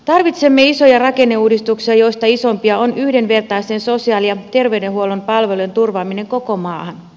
tarvitsemme isoja rakenneuudistuksia joista isoimpia on yhdenvertaisten sosiaali ja terveydenhuollon palvelujen turvaaminen koko maahan